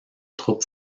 troupes